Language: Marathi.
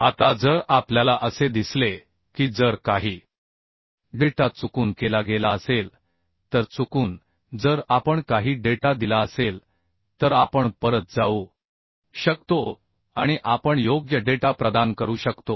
आता जर आपल्याला असे दिसले की जर काही डेटा चुकून केला गेला असेल तर चुकून जर आपण काही डेटा दिला असेल तर आपण परत जाऊ शकतो आणि आपण योग्य डेटा प्रदान करू शकतो